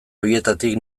horietatik